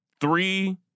three